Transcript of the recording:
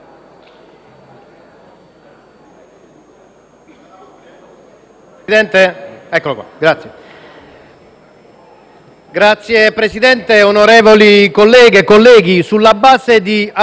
Signor Presidente, onorevoli colleghe e colleghi, sulla base di argomentazioni